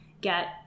get